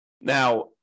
Now